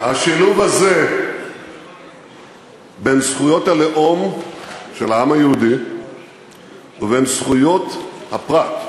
השילוב הזה בין זכויות הלאום של העם היהודי ובין זכויות הפרט,